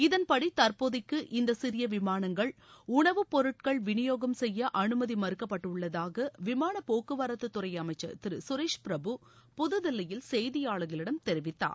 இதன்படி தற்போதைக்கு இந்த சிறிய விமானங்கள் மூலம் உணவு பொருட்கள் விநியோகம் செய்ய அனுமதி மறுக்கப்பட்டுள்ளதாக விமானப் போக்குவரத்துத் துறை அமைச்சர் திரு கரேஷ் பிரபு புதுதில்லியில் செய்தியாளர்களிடம் தெரிவித்தார்